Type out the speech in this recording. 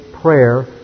prayer